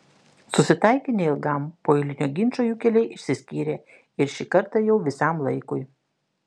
susitaikė neilgam po eilinio ginčo jų keliai išsiskyrė ir šį kartą jau visam laikui